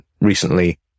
recently